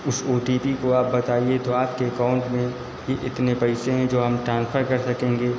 उस O T P को आप बताइए तो आपके एकाउन्ट में इ इतने पैसा हैं जो हम ट्रांसफर कर सकेंगे